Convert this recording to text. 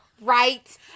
right